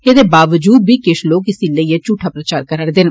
ऐदे बावजूद बी किष लोक इसी लेइए झूठा प्रचार करा रदे न